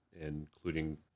including